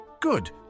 Good